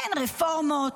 אין רפורמות,